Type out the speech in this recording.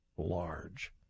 large